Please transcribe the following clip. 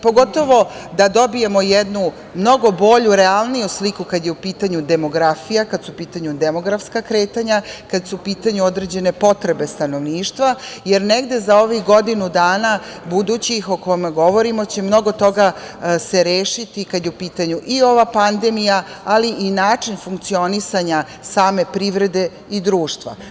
Pogotovo da dobijemo jednu mnogo bolju i realniju sliku kad je u pitanju demografija, kad su u pitanju demografska kretanja, kad su u pitanju određene potrebe stanovništva, jer negde za ovih godinu dana budućih, o kome govorimo će mnogo toga se rešiti kad je u pitanju i ova pandemija, ali i način funkcionisanja same privrede i društva.